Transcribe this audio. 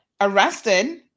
arrested